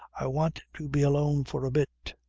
i want to be alone for a bit.